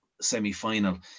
semi-final